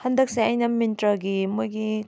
ꯍꯟꯗꯛꯁꯦ ꯑꯩꯅ ꯃꯤꯟꯇ꯭ꯔꯥꯒꯤ ꯃꯣꯏꯒꯤ